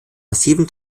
massiven